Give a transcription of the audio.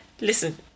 Listen